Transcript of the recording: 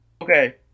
Okay